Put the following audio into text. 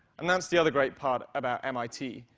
and that's the other great part about mit.